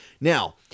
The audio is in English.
Now